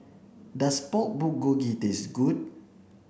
does Pork Bulgogi taste good